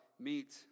meet